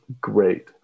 great